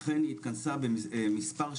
היא אכן התכנסה מספר שנים,